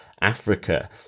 Africa